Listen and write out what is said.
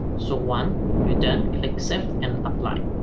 so one you don't accept and apply